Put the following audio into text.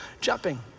jumping